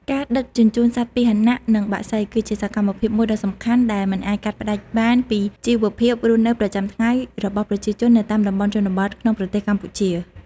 ការដឹកជញ្ជូនសត្វពាហនៈ និងបក្សី គឺជាសកម្មភាពមួយដ៏សំខាន់ ដែលមិនអាចកាត់ផ្តាច់បានពីជីវភាពរស់នៅប្រចាំថ្ងៃរបស់ប្រជាជននៅតាមតំបន់ជនបទក្នុងប្រទេសកម្ពុជា។